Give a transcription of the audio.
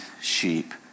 sheep